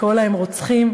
לקרוא להם רוצחים.